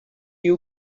you